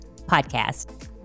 podcast